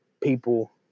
people